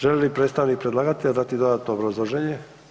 Želi li predstavnik predlagatelja dati dodatno obrazloženje?